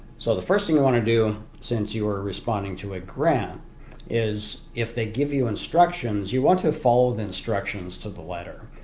so the first thing you want to do since you are responding to a grant is if they give you instructions you want to follow the instructions to the letter.